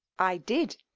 i did.